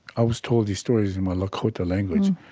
i was told these stories in my lakota language.